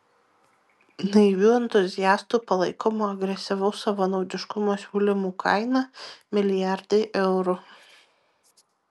naivių entuziastų palaikomo agresyvaus savanaudiškumo siūlymų kaina milijardai eurų